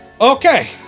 Okay